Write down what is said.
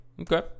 Okay